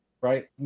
right